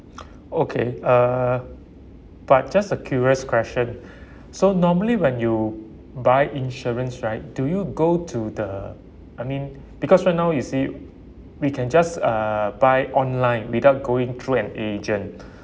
okay uh but just a curious question so normally when you buy insurance right do you go to the I mean because right now you say we can just uh buy online without going through an agent